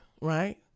right